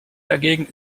dagegen